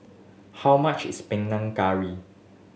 how much is Panang Curry